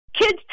Kids